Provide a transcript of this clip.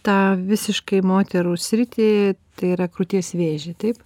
tą visiškai moterų sritį tai yra krūties vėžį taip